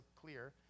clear